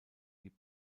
die